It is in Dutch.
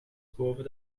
boven